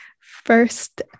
First